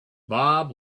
bob